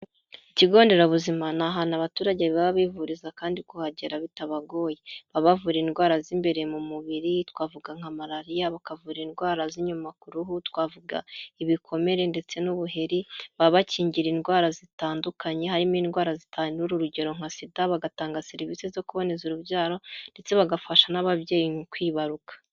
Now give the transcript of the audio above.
Ku kigo nderabuzima ni ahantu abaturage baba bivuriza kandi kuhagera bitabagoye, baba bavura indwara z'imbere mu mubiri twavuga nka malariya bakavura indwara z'inyuma ku ruhu, twavuga ibikomere ndetse n'ubuheri baba bakingira indwara zitandukanye harimo indwara zitandura urugero nka sida, bagatanga serivisi zo kuboneza urubyaro, ndetse bagafasha n'ababyeyi mu kwibaruka.